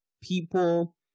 people